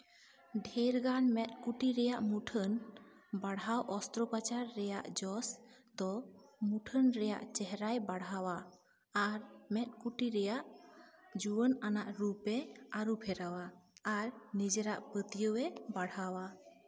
ᱰᱷᱮᱨᱜᱟᱱ ᱢᱮᱫ ᱠᱩᱴᱤ ᱨᱮᱭᱟᱜ ᱢᱩᱴᱷᱟᱹᱱ ᱵᱟᱦᱟᱣ ᱚᱥᱛᱨᱚ ᱯᱟᱪᱟᱨ ᱨᱮᱭᱟᱜ ᱡᱚᱥ ᱫᱚ ᱢᱩᱴᱷᱟᱹᱱ ᱨᱮᱭᱟᱜ ᱪᱮᱦᱨᱟᱭ ᱵᱟᱲᱦᱟᱣᱼᱟ ᱟᱨ ᱢᱮᱫᱠᱩᱴᱤ ᱨᱮᱭᱟᱜ ᱡᱩᱣᱟᱹᱱ ᱟᱱᱟᱜ ᱨᱩᱯ ᱮ ᱟᱹᱨᱩᱯᱷᱮᱨᱟᱣᱟ ᱟᱨ ᱱᱤᱡᱮᱨᱟᱜ ᱯᱟᱹᱛᱭᱟᱹᱣ ᱮ ᱵᱟᱲᱦᱟᱣᱼᱟ